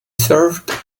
served